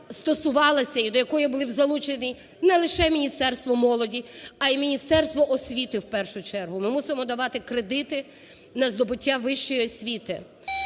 стосувалася і до якої були б залучені не лише Міністерство молоді, а й Міністерство освіти в першу чергу. Ми мусимо давати кредити на здобуття вищої освіти.